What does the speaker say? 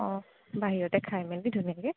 অঁ বাহিৰতে খাই মেলি ধুনীয়াকৈ